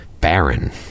Baron